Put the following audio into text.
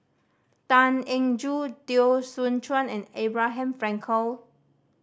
Tan Eng Joo Teo Soon Chuan and Abraham Frankel